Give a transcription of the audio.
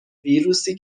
ویروسی